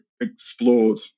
explored